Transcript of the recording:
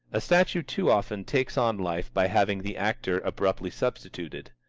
a statue too often takes on life by having the actor abruptly substituted.